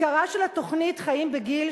עיקרה של התוכנית "חיים בגיל",